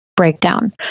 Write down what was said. breakdown